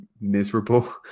miserable